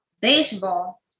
baseball